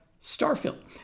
Starfield